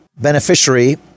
beneficiary